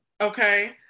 Okay